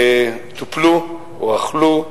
טופלו או אכלו.